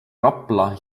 rapla